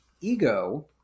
ego